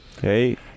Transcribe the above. Hey